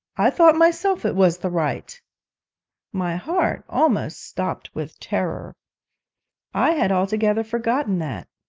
i thought myself it was the right my heart almost stopped with terror i had altogether forgotten that.